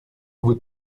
vous